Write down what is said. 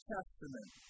Testament